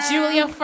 Julia